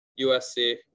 USC